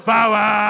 Power